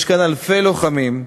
יש כאן אלפי לוחמים,